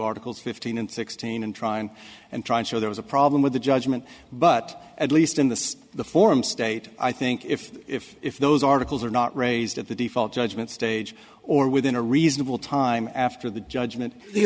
article fifteen and sixteen and trying and trying to show there was a problem with the judgment but at least in the form state i think if if if those articles are not raised at the default judgment stage or within a reasonable time after the judgment